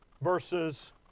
Versus